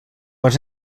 has